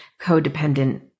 codependent